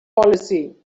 policy